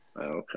Okay